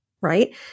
right